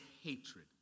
hatred